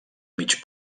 mig